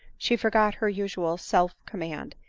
she forgot her usual self-com mand,